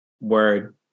Word